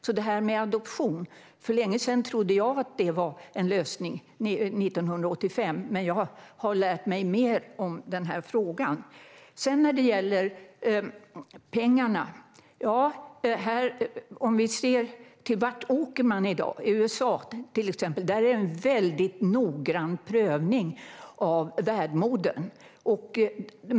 För länge sedan, 1985, trodde jag att adoption var en lösning, men jag har lärt mig mer om den här frågan. När det gäller pengarna kan vi se på vart man i dag åker. I till exempel USA är det en väldigt noggrann prövning av värdmodern.